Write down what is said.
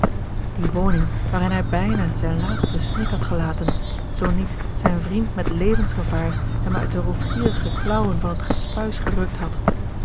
die woning waarin hij bijna zijn laatsten snik had gelaten zoo niet zijn vriend met levensgevaar hem uit de roofgierige klaauwen van het gespuis gerukt had